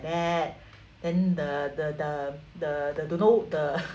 that then the the the the the don't know the